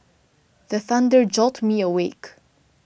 the thunder jolt me awake